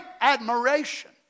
admiration